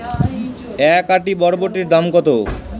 এক আঁটি বরবটির দাম কত?